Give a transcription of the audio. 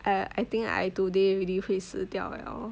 I I think I today really 会死掉 liao